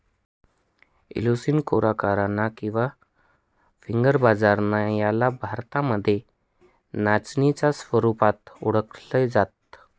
Eleusine coracana किंवा finger बाजरा याला भारतामध्ये नाचणीच्या स्वरूपात ओळखल जात